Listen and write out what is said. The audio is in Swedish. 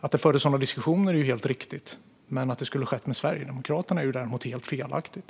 Att det fördes sådana diskussioner är riktigt, men att det skulle ha skett med Sverigedemokraterna är däremot helt felaktigt.